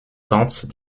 tentent